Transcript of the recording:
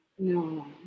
No